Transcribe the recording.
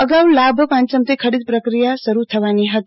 અગાઉ લાભપાંચમેથી ખરીદ પ્રક્રિયા શરૂ થવાની હતી